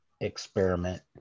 experiment